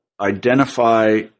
identify